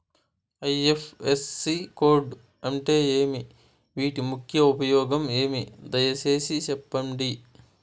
IFSC code అంటే ఏమి? వీటి ముఖ్య ఉపయోగం ఏమి? దయసేసి సెప్పండి?